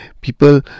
people